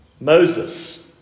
Moses